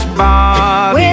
body